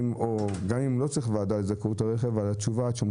וגם אם לא צריך ועדה לזכאות הרכב אז עד שאדם